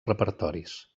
repertoris